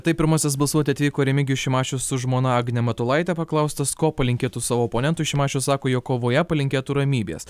tai pirmasis balsuoti atvyko remigijus šimašius su žmona agne matulaite paklaustas ko palinkėtų savo oponentus šimašius sako jog kovoje palinkėtų ramybės